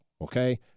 okay